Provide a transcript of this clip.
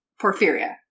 porphyria